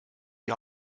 die